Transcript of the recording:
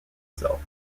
cell